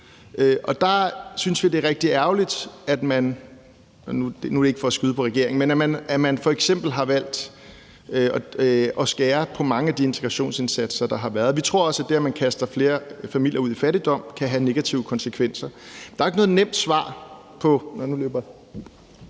er det ikke for at skyde på regeringen – at man f.eks. har valgt at skære på mange af de integrationsindsatser, der har været. Vi tror også, at det, at man kaster flere familier ud i fattigdom, kan have negative konsekvenser. Der er ikke noget nemt svar.